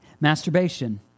masturbation